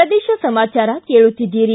ಪ್ರದೇಶ ಸಮಾಚಾರ ಕೇಳುತ್ತಿದ್ದಿರಿ